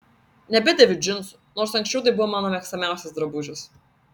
nebedėviu džinsų nors anksčiau tai buvo mano mėgstamiausias drabužis